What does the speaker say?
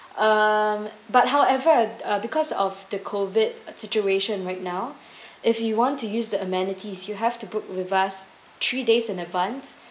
um but however uh because of the COVID situation right now if you want to use the amenities you have to book with us three days in advance